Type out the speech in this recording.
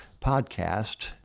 podcast